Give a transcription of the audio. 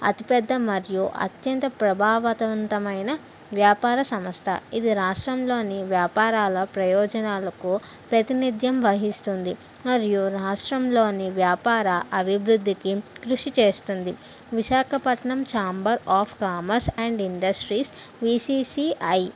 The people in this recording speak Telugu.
అతి పెద్ద మరియు అత్యంత ప్రభావంతమైన వ్యాపార సంస్థ ఇది రాష్ట్రంలోని వ్యాపారాల ప్రయోజనాలకు ప్రాతినిధ్యం వహిస్తుంది మరియు రాష్ట్రంలోని వ్యాపార అభివృద్ధికి కృషి చేస్తుంది Visakhapatnam chamber of commerce and industries VCCI